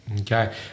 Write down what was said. Okay